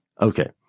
Okay